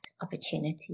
opportunity